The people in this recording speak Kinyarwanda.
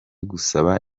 gusaba